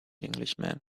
englishman